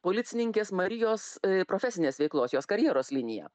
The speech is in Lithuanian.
policininkės marijos profesinės veiklos jos karjeros liniją